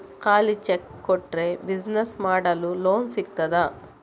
ಖಾಲಿ ಚೆಕ್ ಕೊಟ್ರೆ ಬಿಸಿನೆಸ್ ಮಾಡಲು ಲೋನ್ ಸಿಗ್ತದಾ?